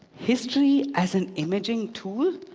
history as an imaging tool?